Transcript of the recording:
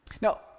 Now